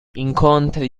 incontri